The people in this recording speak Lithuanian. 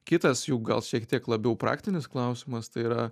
kitas jau gal šiek tiek labiau praktinis klausimas tai yra